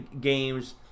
games